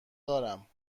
دارم